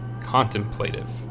contemplative